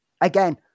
Again